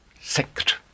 sect